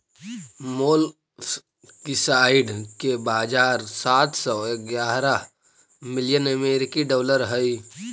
molluscicide के बाजार सात सौ ग्यारह मिलियन अमेरिकी डॉलर हई